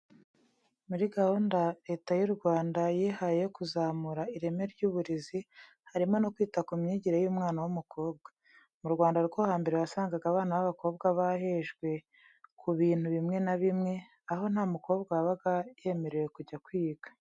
Muri gahunda Leta y'u Rwanda yihaye yo kuzamura ireme ry'uburezi, harimo no kwita ku myigire y'umwana w'umukobwa. Mu Rwanda rwo hambere wasangaga abana b'abakobwa bahejwe ku bintu bimwe na bimwe, aho nta mukobwa wabaga yemerewe kujya kwiga.